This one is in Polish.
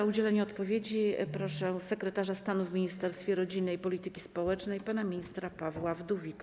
O udzielenie odpowiedzi proszę sekretarza stanu w Ministerstwie Rodziny i Polityki Społecznej pana ministra Pawła Wdówika.